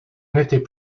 n’était